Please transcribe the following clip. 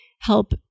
help